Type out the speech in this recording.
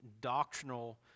doctrinal